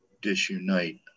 disunite